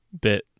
bit